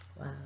Wow